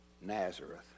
Nazareth